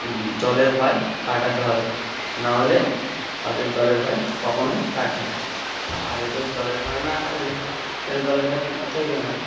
জলের ভয় কাটাতে হবে না হলে তাদের জলের ভয় কখনোই কাটবে না আর এদের জলের ভয় না কাটলে এরা জলের কাছে যেতে চাইবে না